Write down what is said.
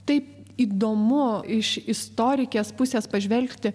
taip įdomu iš istorikės pusės pažvelgti